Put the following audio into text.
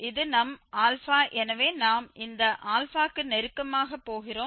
இது நம் α எனவே நாம் இந்த α க்கு நெருக்கமாக போகிறோம்